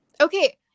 okay